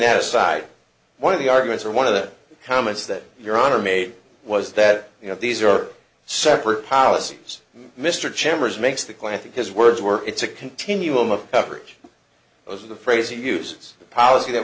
that aside one of the arguments or one of the comments that your honor made was that you know these are separate policies mr chambers makes the classic his words were it's a continuum of coverage was the phrase he uses the policy that